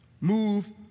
Move